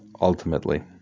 ultimately